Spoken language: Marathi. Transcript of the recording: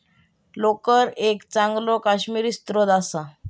लोकर एक चांगलो काश्मिरी स्त्रोत असा